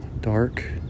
dark